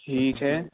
ٹھیک ہے